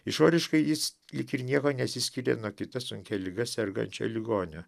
išoriškai jis lyg ir niekuo nesiskiria nuo kita sunkia liga sergančią ligonę